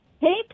Hey